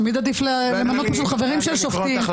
תמיד עדיף למנות חברים של שופטים -- טלי,